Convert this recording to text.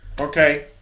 Okay